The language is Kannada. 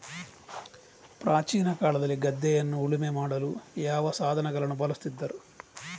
ಪ್ರಾಚೀನ ಕಾಲದಲ್ಲಿ ಗದ್ದೆಯನ್ನು ಉಳುಮೆ ಮಾಡಲು ಯಾವ ಸಾಧನಗಳನ್ನು ಬಳಸುತ್ತಿದ್ದರು?